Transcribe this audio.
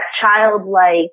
childlike